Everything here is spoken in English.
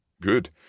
Good